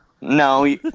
no